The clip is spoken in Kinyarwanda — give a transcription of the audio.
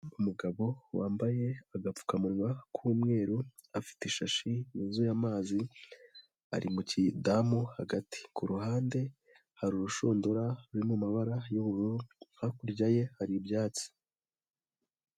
Umugabo wambaye agapfukamunwa k'umweru, afite ishashi yuzuye amazi, ari mu kidamu hagati. Ku ruhande hari urushundura ruri mu mumabara y'ubururu, hakurya ye hari ibyatsi.